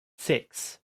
six